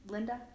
Linda